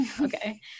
okay